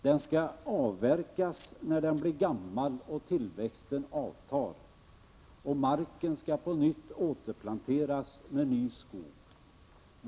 Den skall avverkas när den blir gammal och tillväxten avtar. Marken skall på nytt planteras med skog.